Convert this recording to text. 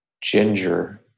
ginger